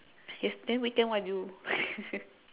yes~ then what do you